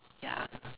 ya